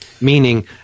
Meaning